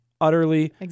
utterly